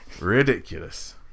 ridiculous